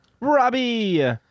Robbie